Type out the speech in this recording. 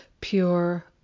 pure